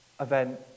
event